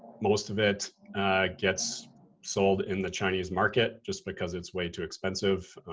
most of it gets sold in the chinese market just because it's way too expensive.